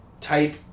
type